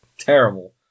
terrible